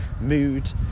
mood